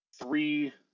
three